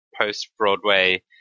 post-Broadway